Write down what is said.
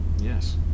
Yes